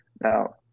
Now